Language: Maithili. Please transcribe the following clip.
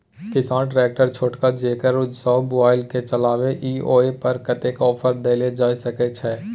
किसान ट्रैक्टर छोटका जेकरा सौ बुईल के चलबे इ ओय पर कतेक ऑफर दैल जा सकेत छै?